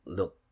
look